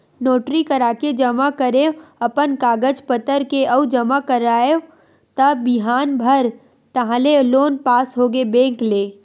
notary कराके जमा करेंव अपन कागज पतर के अउ जमा कराएव त बिहान भर ताहले लोन पास होगे बेंक ले